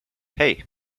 hey